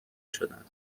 شدند